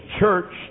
church